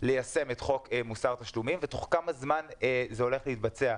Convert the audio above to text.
ליישם את חוק מוסר תשלומים ותוך כמה זמן זה הולך להתבצע.